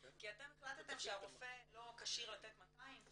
כי אתם החלטתם שהרופא לא כשיר לתת 200?